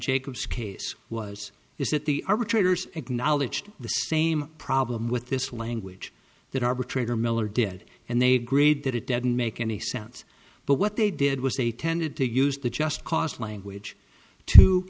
jacobs case was is that the arbitrator's acknowledged the same problem with this language that arbitrator miller did and they agreed that it didn't make any sense but what they did was they tended to use the just cause language to